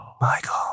Michael